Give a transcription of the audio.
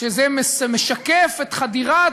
שזה משקף את חדירת,